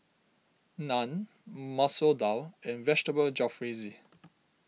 Naan Masoor Dal and Vegetable Jalfrezi